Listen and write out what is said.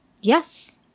Yes